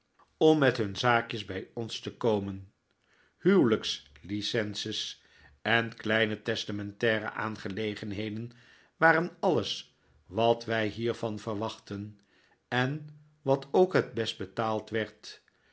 om met hun zaakjes bij ons te komen huwelijks licences en kleine testamentaire aangelegenheden waren alles wat wij hiervan verwachtten en wat ook het best betaald werd